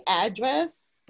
address